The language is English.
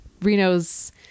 Reno's